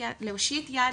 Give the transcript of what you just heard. להושיט יד,